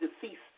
deceased